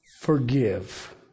forgive